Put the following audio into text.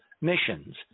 missions